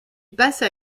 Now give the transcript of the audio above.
passa